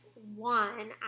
one